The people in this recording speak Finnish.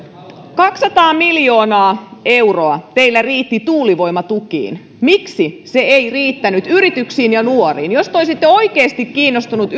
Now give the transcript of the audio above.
kaksisataa miljoonaa euroa teillä riitti tuulivoimatukiin miksi se ei riittänyt yrityksiin ja nuoriin jos te olisitte oikeasti kiinnostuneita